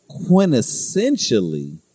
quintessentially